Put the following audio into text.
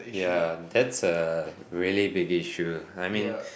yeah that's a really big issue I mean